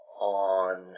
on